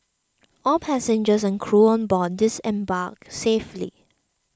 all passengers and crew on board disembarked safely